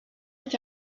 est